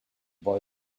boy